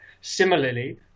Similarly